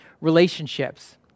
relationships